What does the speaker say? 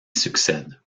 succèdent